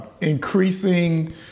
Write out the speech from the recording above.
increasing